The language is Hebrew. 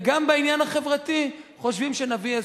וגם בעניין החברתי חושבים שנביא איזה